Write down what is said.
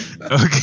Okay